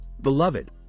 beloved